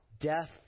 Death